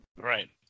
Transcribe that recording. Right